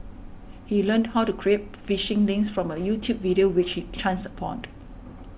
he learned how to create phishing links from a YouTube video which he chanced